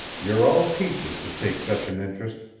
you're all peaches to take such an interest,